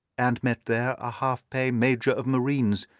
and met there a half-pay major of marines,